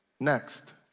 Next